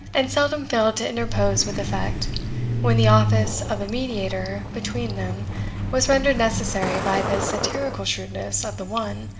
and seldom failed to interpose with effect, when the office of a mediator between them was rendered necessary by the satirical shrewdness of the one,